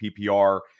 PPR